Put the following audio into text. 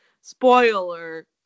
Spoiler